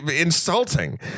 insulting